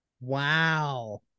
Wow